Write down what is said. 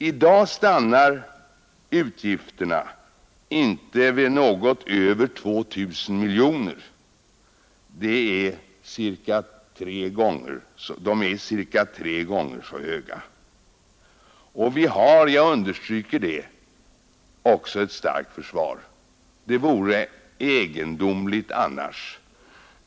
I dag stannar utgifterna inte vid något över 2 000 miljoner kronor. De är cirka tre gånger så höga, och vi har — jag understryker det — också ett starkt försvar. Det vore egendomligt annars.